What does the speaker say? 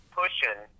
pushing